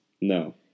No